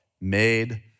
Made